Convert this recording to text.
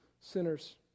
sinners